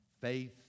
faith